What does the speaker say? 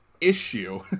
issue